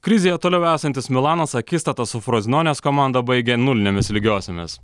krizėje toliau esantis milanas akistatą su froznonės komanda baigė nulinėmis lygiosiomis